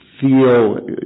feel